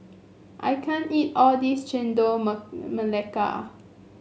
I can't eat all this Chendol Melaka